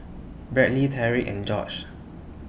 Bradley Tarik and Jorge